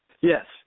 Yes